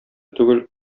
түгел